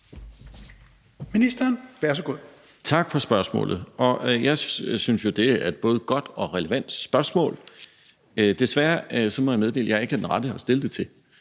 Engelbrecht): Tak for spørgsmålet. Jeg synes jo, at det er et både godt og relevant spørgsmål, men desværre må jeg meddele, at jeg ikke er den rette at stille det til.